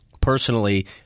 personally